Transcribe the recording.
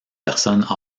personnes